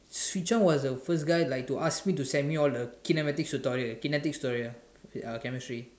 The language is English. Hwee-Chong was the first guy like to ask me to send me all the kinematics tutorial kinetics tutorial ah uh chemistry